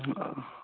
অঁ অঁ